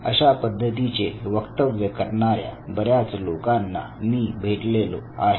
अशा पद्धतीचे वक्तव्य करणाऱ्या बऱ्याच लोकांना मी भेटलेलो आहे